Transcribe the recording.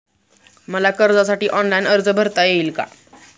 मला कर्जासाठी ऑनलाइन अर्ज भरता येईल का?